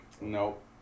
Nope